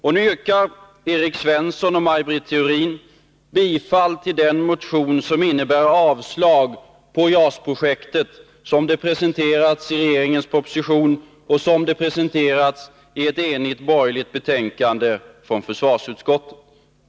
Och nu yrkar Evert Svensson och Maj Britt Theorin bifall till den motion som innebär avslag på JAS-projektet som det presenterats i regeringens proposition och som det presenterats i betänkandet från försvarsutskottet; det förslaget står en enig borgerlighet bakom.